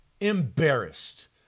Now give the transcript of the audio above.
Embarrassed